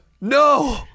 No